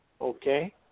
Okay